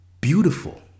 beautiful